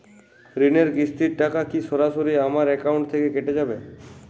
ঋণের কিস্তির টাকা কি সরাসরি আমার অ্যাকাউন্ট থেকে কেটে যাবে?